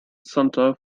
centre